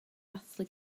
dathlu